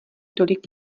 tolik